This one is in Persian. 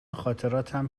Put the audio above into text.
خاطراتم